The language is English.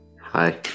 Hi